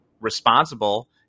responsible